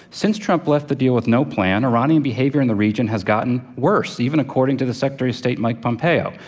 since trump left the deal with no plan, iranian behavior in the region has gotten worse even according to the secretary of state, mike pompeo.